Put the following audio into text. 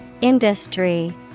Industry